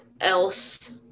else